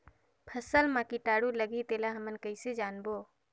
फसल मा कीटाणु लगही तेला हमन कइसे जानबो?